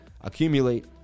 Accumulate